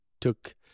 took